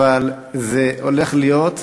אבל זה הולך להיות,